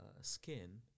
skin